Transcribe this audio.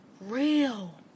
real